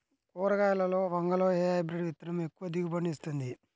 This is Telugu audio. కూరగాయలలో వంగలో ఏ హైబ్రిడ్ విత్తనం ఎక్కువ దిగుబడిని ఇస్తుంది?